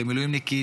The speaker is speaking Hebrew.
למילואימניקית,